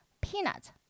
Peanut